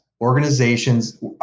organizations